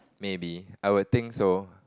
maybe I would think so